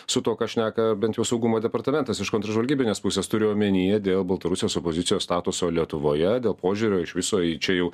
su tuo ką šneka bent jau saugumo departamentas iš kontržvalgybinės pusės turiu omenyje dėl baltarusijos opozicijos statuso lietuvoje dėl požiūrio iš viso į čia jau